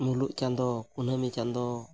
ᱢᱩᱞᱩᱜ ᱪᱟᱸᱫᱚ ᱠᱩᱱᱟᱹᱢᱤ ᱪᱟᱸᱫᱚ